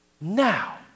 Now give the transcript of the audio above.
now